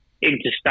interstate